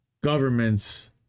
governments